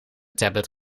tablet